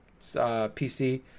pc